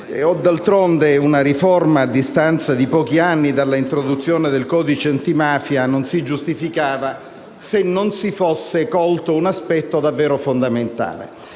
D'altronde, una riforma a distanza di pochi anni dall'introduzione del codice antimafia non si giustificava se non si fosse colto un aspetto davvero fondamentale.